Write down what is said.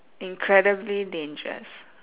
incredibly dangerous